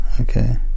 Okay